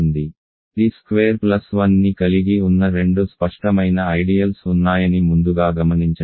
t square plus 1ని కలిగి ఉన్న రెండు స్పష్టమైన ఐడియల్స్ ఉన్నాయని ముందుగా గమనించండి